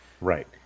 Right